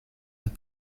has